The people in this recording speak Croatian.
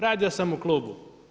Radio sam u klubu.